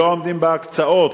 שלא עומדים בהקצאות,